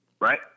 right